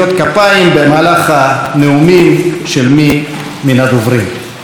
כפיים במהלך הנאומים של מי מן הדוברים.